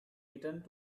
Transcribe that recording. returned